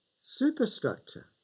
superstructure